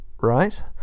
right